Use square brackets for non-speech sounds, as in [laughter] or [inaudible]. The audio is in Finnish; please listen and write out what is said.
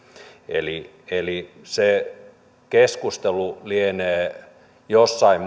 eli eli se keskustelu lienee jossain [unintelligible]